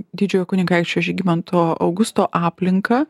didžiojo kunigaikščio žygimanto augusto aplinką